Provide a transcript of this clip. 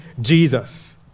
Jesus